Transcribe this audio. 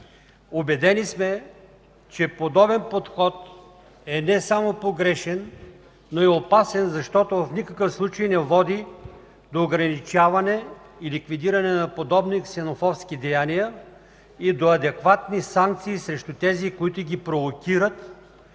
Убедени сме, че подобен подход е не само погрешен, но и опасен, защото в никакъв случай не води до ограничаване и ликвидиране на подобни ксенофобски деяния и до адекватни санкции срещу тези, които ги провокират